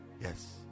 Yes